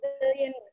billion